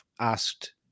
asked